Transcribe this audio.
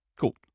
Cool